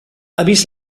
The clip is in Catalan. avís